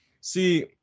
see